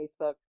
facebook